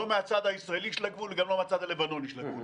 מהצד הישראלי של הגבול וגם לא מהצד הלבנוני של הגבול.